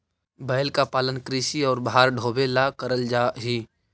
बैल का पालन कृषि और भार ढोवे ला करल जा ही